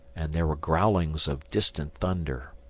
and there were growlings of distant thunder.